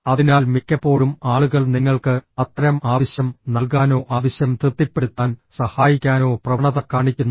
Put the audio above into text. അതിനാൽ മിക്കപ്പോഴും ആളുകൾ നിങ്ങൾക്ക് അത്തരം ആവശ്യം നൽകാനോ ആവശ്യം തൃപ്തിപ്പെടുത്താൻ സഹായിക്കാനോ പ്രവണത കാണിക്കുന്നു